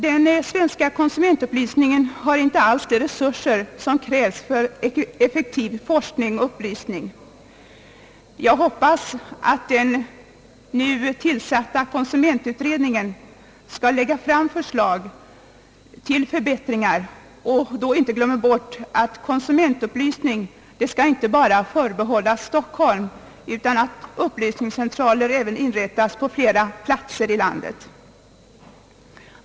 Den svenska konsumentupplysningen har inte alls de resurser som krävs för effektiv forskning och upplysning. Jag hoppas att den nu tillsatta konsumentutredningen skall lägga fram förslag till förbättringar och då inte glömma bort att konsumentupplysningen inte skall förbehållas enbart Stockhoim, utan att upplysningscentraler även upprättas på andra platser i landet.